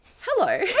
Hello